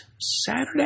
Saturday